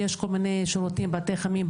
יש כל מני שירותים בתים חמים,